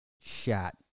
shot